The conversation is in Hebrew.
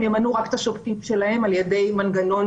הם ימנו רק את השופטים שלהם על ידי מנגנון